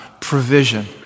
Provision